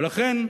ולכן,